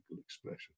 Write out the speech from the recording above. expression